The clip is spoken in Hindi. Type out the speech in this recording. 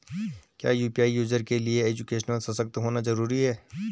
क्या यु.पी.आई यूज़र के लिए एजुकेशनल सशक्त होना जरूरी है?